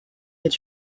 est